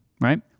right